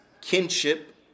kinship